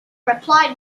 replied